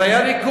זה היה ליכוד.